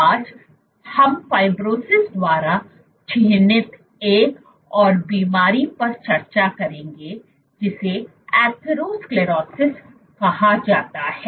आज हम फाइब्रोसिस द्वारा चिह्नित एक और बीमारी पर चर्चा करेंगे जिसे एथेरोस्क्लेरोसिस Atherosclerosis कहा जाता है